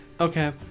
Okay